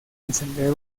encender